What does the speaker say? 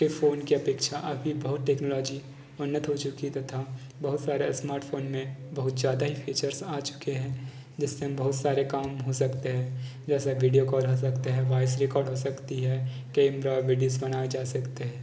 phone की अपेक्षा अभी बहुत टेक्नोलॉजी उन्नत हो चुकी है तथा बहुत सारे स्मार्टफोन में बहुत ज़्यादा ही फीचर्स आ चुके हैं जिससे बहुत सारे काम हो सकते हैं जैसे विडियोकॉल हो सकते हैं वौइस् रिकॉर्ड हो सकती है कैमरा वीडियोज बनाये जा सकते हैं